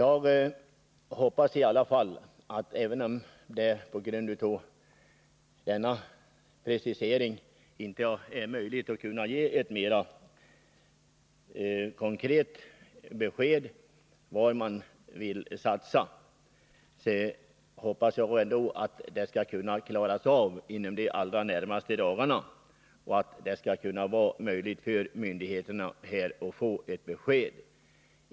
Aven om det i avvaktan på ning av vissa vägdenna precisering inte är möjligt att ge ett mera konkret besked om var man projekt i Värmvill satsa, hoppas jag att det skall kunna klaras av inom de allra närmaste lands län dagarna och att det skall vara möjligt för myndigheterna att få ett besked.